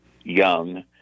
Young